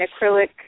acrylic